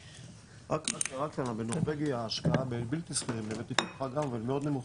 רק בנורבגיה ההשקעה בבלתי סחירים בריבית 1.4 היא מאוד נמוכה,